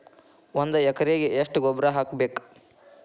ಒಂದ್ ಎಕರೆಗೆ ಎಷ್ಟ ಗೊಬ್ಬರ ಹಾಕ್ಬೇಕ್?